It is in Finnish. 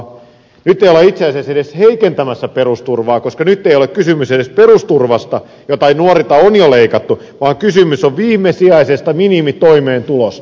nyt ei olla itse asiassa edes heikentämässä perusturvaa koska nyt ei ole kysymys edes perusturvasta jota nuorilta on jo leikattu vaan kysymys on viimesijaisesta minimitoimeentulosta